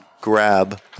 grab